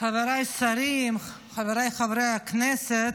חבריי השרים, חבריי חברי הכנסת,